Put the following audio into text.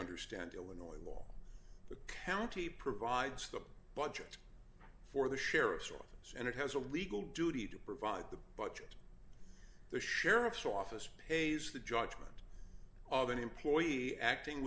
understand illinois the county provides the budget for the sheriff's office and it has a legal duty to provide the budget the sheriff's office pays the judgment of any employee acting